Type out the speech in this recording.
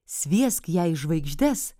sviesk ją į žvaigždes